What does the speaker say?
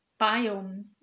biome